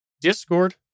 Discord